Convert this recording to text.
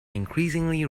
increasingly